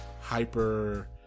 hyper